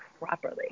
properly